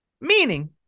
meaning